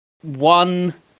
one